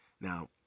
now